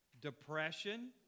depression